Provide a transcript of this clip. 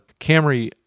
Camry